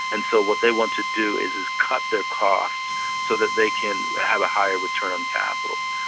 and so what they want to do is is cut their costs so that they can have a higher return on capital.